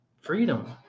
Freedom